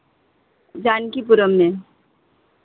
जानकीपुरम में